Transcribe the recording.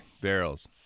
barrels